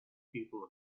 people